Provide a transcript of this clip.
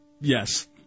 yes